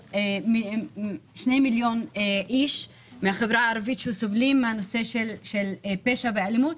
כמו שני מיליון איש מהחברה הערבית שסובלים מהנושא של פשע ואלימות,